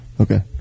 Okay